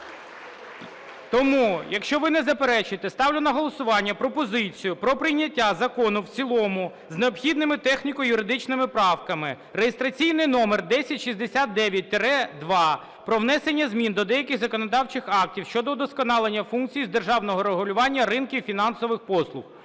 Тому, якщо ви не заперечуєте, ставлю на голосування пропозицію про прийняття закону в цілому з необхідними техніко-юридичними правками (реєстраційний номер 1069-2) про внесення змін до деяких законодавчих актів щодо удосконалення функцій із державного регулювання ринків фінансових послуг.